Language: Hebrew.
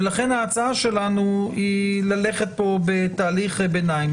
ולכן ההצעה שלנו ללכת פה בתהליך ביניים,